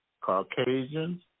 Caucasians